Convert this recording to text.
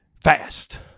fast